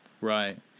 Right